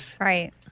right